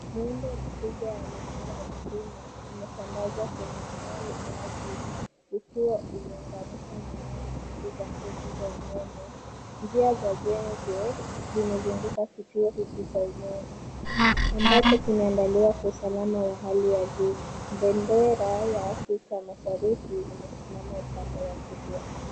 Muundo mkubwa wa minara ya simu imetandazwa kwenye eneo la wazi ikiwa imeunganishwa na nyaya nyingi za nguvu za umeme. Njia za zege zimezunguka kituo hiki cha umeme ambacho kinaangaliwa kwa usalama wa hali ya juu. Bendera ya Afrika Mashariki imesimama upande wa kulia.